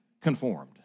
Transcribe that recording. conformed